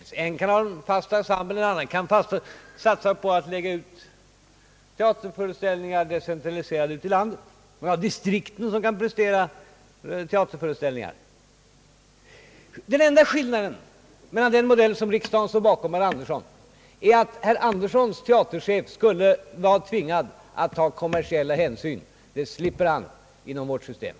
Den ena kan ha en fast ensemble, medan den andra kan satsa på att anordna teaterföreställningar decentraliserat ute i landet — vi har ju också distrikten som kan anordna teaterföreställningar. Den enda skillnaden mellan den modell som riksdagen står bakom och herr Anderssons är att den senares teaterchef skulle vara tvingad att ta kommersiella hänsyn. Det slipper man inom vårt system.